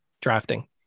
drafting